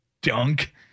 dunk